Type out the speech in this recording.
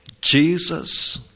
Jesus